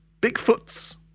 Bigfoots